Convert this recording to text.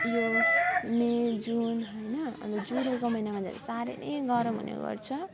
यो May June होइन अन्त जुलाईको महिनामा झन् साह्रै नै गरम हुने गर्छ